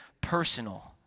personal